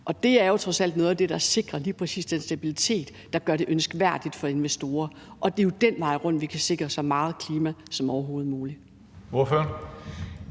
Det er jo trods alt noget af det, der sikrer lige præcis den stabilitet, der skal være, for at det er ønskværdigt for investorer, og det er jo den vej rundt, vi kan sikre så meget i forhold til klimaet som overhovedet muligt.